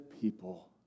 people